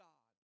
God